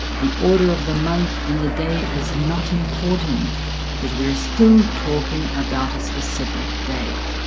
the order of the month and the day is not important as we are still talking about a specific day